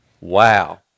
Wow